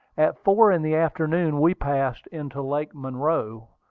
at four in the afternoon we passed into lake monroe,